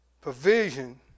provision